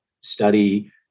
study